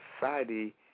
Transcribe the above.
society